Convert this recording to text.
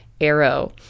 arrow